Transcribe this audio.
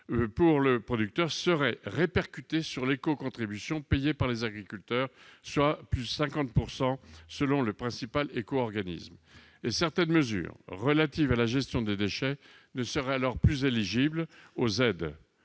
pour le producteur serait répercutée sur l'éco-contribution payée par les agriculteurs, soit une hausse estimée à 50 % par le principal éco-organisme. Certaines mesures relatives à la gestion des déchets ne seraient alors plus éligibles aux aides.